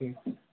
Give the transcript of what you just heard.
जी